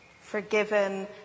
forgiven